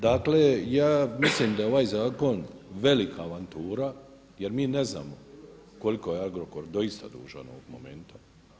Dakle, ja mislim da je ovaj zakon velika avantura, jer mi ne znamo koliko je Agrokor doista dužan ovog momenta.